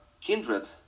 kindred